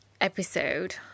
episode